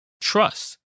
trust